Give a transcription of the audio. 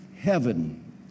heaven